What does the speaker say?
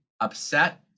upset